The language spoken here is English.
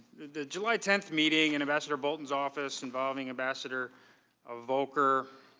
the july tenth meeting in ambassador bolton's office involving ambassador ah volker,